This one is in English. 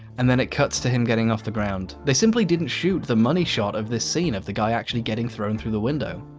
and then it cuts to him getting off the ground. they simply didn't shoot the money shot of this scene, of the guy actually getting thrown through the window.